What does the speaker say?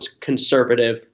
conservative